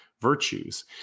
virtues